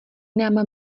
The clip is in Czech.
nám